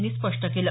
यांनी स्पष्ट केलं